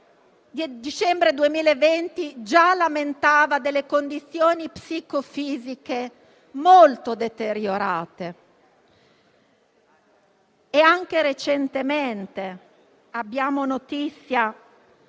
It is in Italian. dicembre 2020, Patrick già lamentava condizioni psicofisiche molto deteriorate e anche recentemente abbiamo notizia